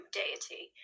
deity